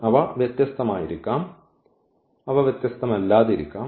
അവ വ്യത്യസ്തമായിരിക്കാം അവ വ്യത്യസ്തമല്ലാതെരിക്കാം